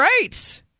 Right